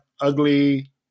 ugly